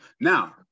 Now